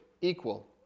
equal